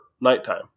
nighttime